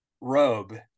robe